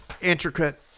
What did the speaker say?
intricate